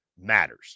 matters